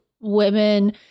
women